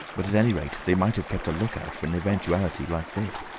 but at any rate they might have kept a lookout for an eventuality like this!